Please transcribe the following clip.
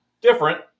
different